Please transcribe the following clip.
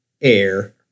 air